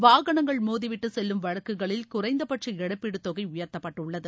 வாகனங்கள் மோதி விட்டு செல்லும் வழக்குகளில் குறைந்தபட்ச இழப்பீடு தொகை உயர்த்தப்பட்டுள்ளது